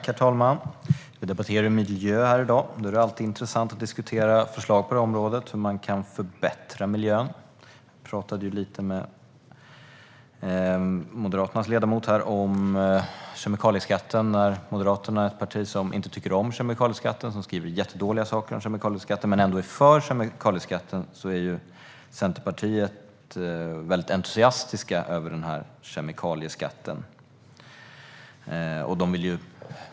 Herr talman! Vi debatterar miljö här i dag, och då är det alltid intressant att diskutera förslag på detta område om hur man kan förbättra miljön. Jag diskuterade kemikalieskatten här med Moderaternas ledamot. Moderaterna är ett parti som inte tycker om kemikalieskatten och som skriver jättedåliga saker om den men som ändå är för den. Men Centerpartiet är mycket entusiastiskt över denna kemikalieskatt.